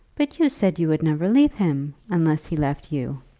but you said you would never leave him, unless he left you.